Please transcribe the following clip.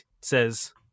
says